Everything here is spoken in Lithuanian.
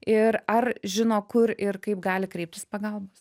ir ar žino kur ir kaip gali kreiptis pagalbos